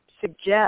suggest